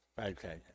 okay